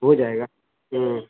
ہو جائے گا ہوں